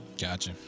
Gotcha